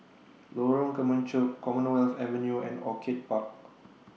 Lorong Kemunchup Commonwealth Avenue and Orchid Park